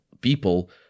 people